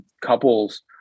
couples